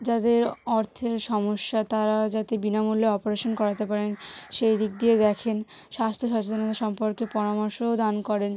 যাদের অর্থের সমস্যা তারা যাতে বিনামূল্যে অপরেশান করাতে পারেন সেই দিকে দিয়ে দেখেন স্বাস্থ্য সচেতনতা সম্পর্কে পরামর্শও দান করেন